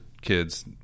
kids